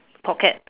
pocket